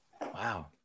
Wow